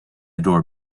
door